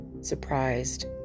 surprised